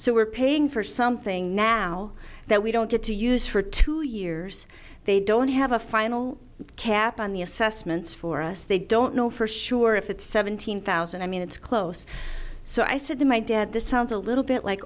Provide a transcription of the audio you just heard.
so we're paying for something now that we don't get to use for two years they don't have a final cap on the assessments for us they don't know for sure if it's seventeen thousand i mean it's close so i said to my dad this sounds a little bit like